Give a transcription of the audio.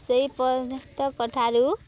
ସେଇ ପର୍ଯ୍ୟଟକଠାରୁ